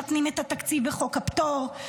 שמתנים את התקציב בחוק הפטור,